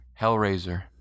Hellraiser